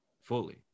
fully